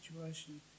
situation